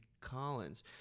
Collins